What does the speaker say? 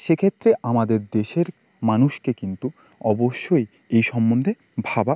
সেক্ষেত্রে আমাদের দেশের মানুষকে কিন্তু অবশ্যই এই সম্বন্ধে ভাবা